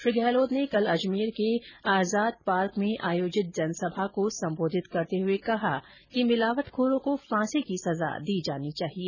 श्री गहलोत ने कल अजमेर के आजाद पार्क में आयोजित जनसभा को संबोधित करते हुए कहा कि मिलावटखोरों को फांसी की सजा दी जानी चाहिए